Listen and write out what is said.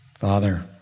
Father